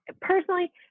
personally